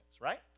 right